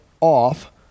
off